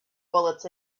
bullets